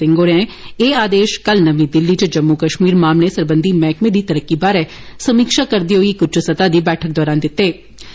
सिंह होरें एह् आदेश कल नमीं दिल्ली च जम्मू कश्मीर मामले सरबंधी मैहकमें दी तरक्की बारे समीक्षा करदे होइ इक उच्ची सतह दी बैठक दरान जारी कीते